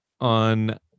on